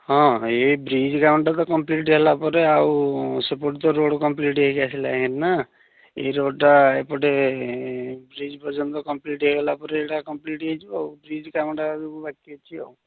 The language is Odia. ହଁ ଏହି ବ୍ରିଜ୍ କାମଟା ତ କମ୍ପ୍ଲିଟ୍ ହେଲା ପରେ ଆଉ ସେପଟେ ତ ରୋଡ଼୍ କମ୍ପ୍ଲିଟ୍ ହୋଇଆସିଲାଣି ନା ଏହି ରୋଡ଼୍ଟା ଏପଟେ ବ୍ରିଜ୍ ପର୍ଯ୍ୟନ୍ତ କମ୍ପ୍ଲିଟ୍ ହୋଇଗଲା ପରେ ଏଇଟା କମ୍ପ୍ଲିଟ୍ ହୋଇଯିବ ଆଉ ବ୍ରିଜ୍ କାମଟା ବାକି ଅଛି ଆଉ